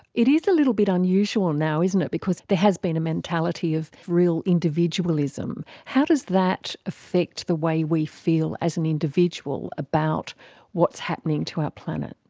it is a little bit unusual now, isn't it, because there has been a mentality of real individualism. how does that affect the way we feel as an individual about what's happening to our planet?